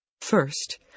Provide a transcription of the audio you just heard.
First